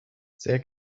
sehr